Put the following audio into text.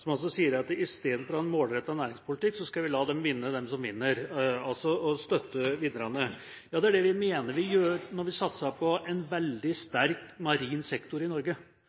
– altså støtte vinnerne. Ja, det er det vi mener vi gjør når vi satser på en veldig sterk marin sektor i Norge.